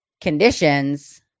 conditions